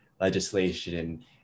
legislation